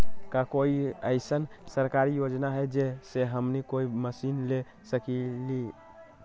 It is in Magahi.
का कोई अइसन सरकारी योजना है जै से हमनी कोई मशीन ले सकीं ला?